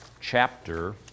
chapter